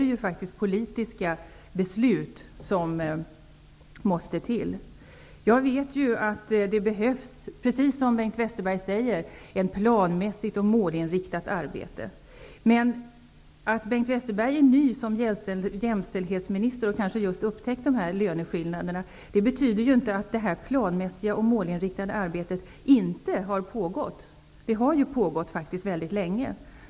Det är faktiskt politiska beslut som måste till. Jag vet att, precis som Bengt Westerberg sade, planmässigt, målinriktat arbete behövs. Att Bengt Westerberg är ny som jämställdhetsminister och kanske just upptäckt de här löneskillnaderna betyder inte att det planmässiga och målinriktade arbetet inte pågått tidigare. Det har faktiskt pågått väldigt länge.